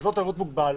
כאזור תיירות מוגבל,